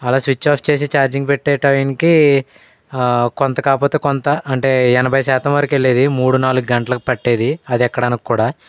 అలా switch off చేసి charging పెట్టే టైంకి కొంత కాకపోతే కొంత అంటే ఎనభై శాతం వరకు వెళ్ళేది మూడు నాలుగు గంటలకు పట్టేది అది ఎక్కడానికి కూడా